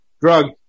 drug